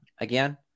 again